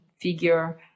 figure